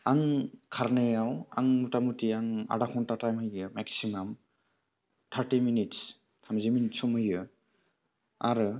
आं खारनायाव आं मथा मथि आं आधा घन्था टाइम होयो मेक्सिमाम थार्टि मिनिट्स थामजि मिनिट सम होयो आरो